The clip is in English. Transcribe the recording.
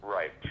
Right